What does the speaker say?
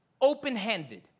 open-handed